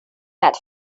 that